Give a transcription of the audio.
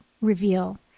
reveal